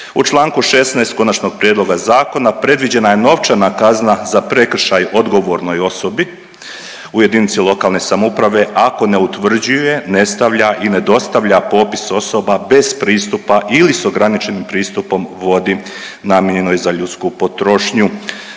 U čl. 16 konačnog prijedloga zakona predviđena je novčana kazna za prekršaj odgovornoj osobi u jedinici lokalne samouprave, ako ne utvrđuje, ne stavlja i ne dostavlja popis osoba bez pristupa ili s ograničenim pristupom vodi namijenjenoj za ljudsku potrošnju.